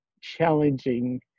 challenging